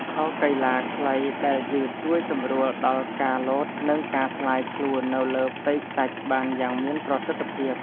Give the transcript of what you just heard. ខោកីឡាខ្លីដែលយឺត ជួយសម្រួលដល់ការលោត និងការស្លាយខ្លួននៅលើផ្ទៃខ្សាច់បានយ៉ាងមានប្រសិទ្ធភាព។